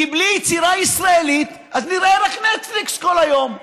כי בלי יצירה ישראלית אז נראה רק Netflix כל היום,